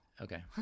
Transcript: okay